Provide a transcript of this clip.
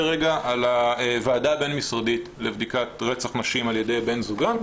רגע על הוועדה הבין משרדית לבדיקת רצח נשים על ידי בן זוגן,